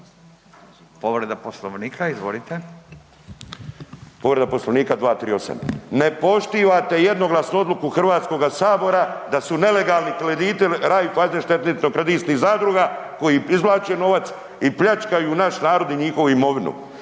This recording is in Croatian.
Povreda Poslovnika, izvolite. **Bulj, Miro (MOST)** Povreda Poslovnika 238., ne poštivate jednoglasnu odluku Hrvatskoga sabora da su nelegalni krediti Raiffeisen šteditno kreditnih zadruga koji izvlače novac i pljačkaju naš narod i njihovu imovinu.